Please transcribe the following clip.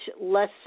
less